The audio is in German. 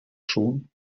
schon